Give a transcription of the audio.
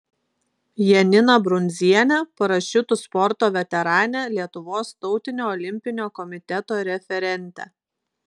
janiną brundzienę parašiutų sporto veteranę lietuvos tautinio olimpinio komiteto referentę